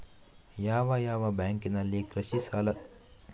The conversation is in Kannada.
ಯಾವ ಯಾವ ಬ್ಯಾಂಕಿನಲ್ಲಿ ಕೃಷಿ ಸಾಲ ಸಿಗುತ್ತದೆ?